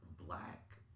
black